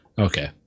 Okay